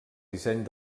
disseny